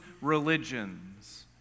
religions